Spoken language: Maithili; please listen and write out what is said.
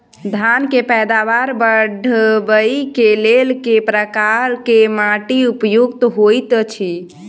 धान केँ पैदावार बढ़बई केँ लेल केँ प्रकार केँ माटि उपयुक्त होइत अछि?